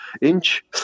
inch